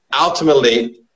ultimately